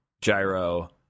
Gyro